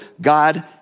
God